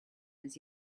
was